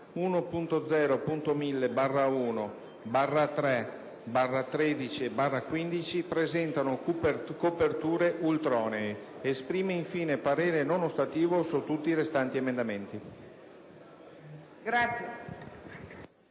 1.0.1000/15 presentano coperture ultronee. Esprime infine parere non ostativo su tutti i restanti emendamenti».